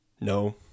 no